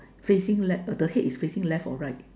facing left the head is facing left or right